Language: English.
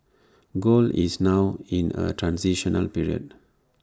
gold is now in A transitional period